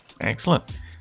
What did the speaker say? Excellent